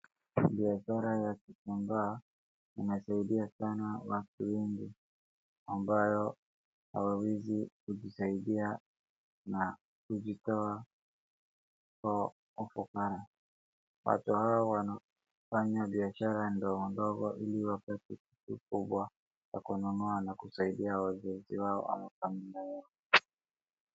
Biashara ya Gikomba imesaidia sana watu wengi, ambao hawawezi kujisaidia na kujitoa kwa ufukara, watu hawa wanafanya biashara ndogo ndogo ili wapate kitu kubwa ya kununua na kusaidia wazazi wao ama familia yao.